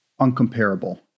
uncomparable